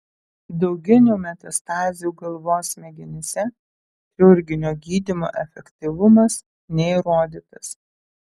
dauginių metastazių galvos smegenyse chirurginio gydymo efektyvumas neįrodytas